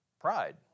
Pride